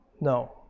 No